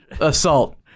assault